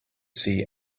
see